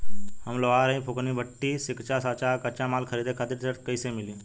हम लोहार हईं फूंकनी भट्ठी सिंकचा सांचा आ कच्चा माल खरीदे खातिर ऋण कइसे मिली?